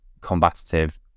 combative